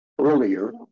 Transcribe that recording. earlier